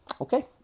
Okay